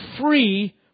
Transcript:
free